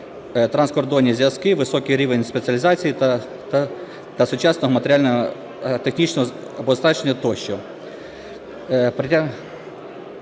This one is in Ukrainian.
транскордонні зв'язки, високий рівень спеціалізації та сучасне матеріально-технічне оснащення тощо.